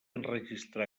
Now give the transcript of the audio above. enregistrar